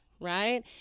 right